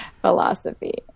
philosophy